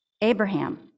Abraham